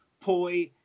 poi